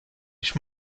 ich